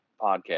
podcast